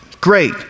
great